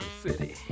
City